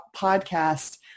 podcast